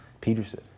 Peterson